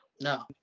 No